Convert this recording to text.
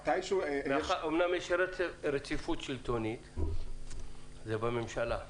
אמנם יש רציפות שלטונית בממשלה.